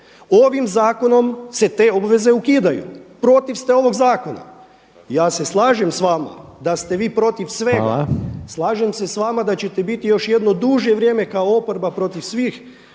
Ovim zakonom se te obveze ukidaju, protiv ste ovog zakona. Ja se slažem sa vama da ste vi protiv svega… …/Upadica predsjednik: Hvala./… Slažem se sa vama da ćete biti još jedno duže vrijeme kao oporba protiv svih